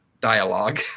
dialogue